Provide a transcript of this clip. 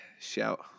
shout